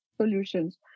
solutions